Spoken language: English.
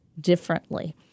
differently